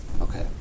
Okay